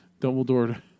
Dumbledore